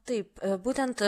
taip būtent